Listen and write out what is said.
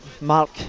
Mark